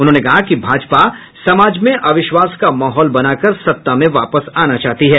उन्होंने कहा कि भाजपा समाज में अविश्वास का माहौल बनाकर सत्ता में वापस आना चाहती है